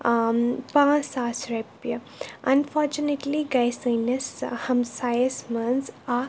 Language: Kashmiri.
ٲں پانٛژھ ساس رۄپیہِ اَنفارچُنیٹلی گٔے سٲنِس ہَمسایَس منٛز اَکھ